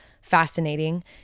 fascinating